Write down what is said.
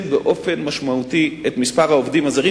באופן משמעותי את מספר העובדים הזרים,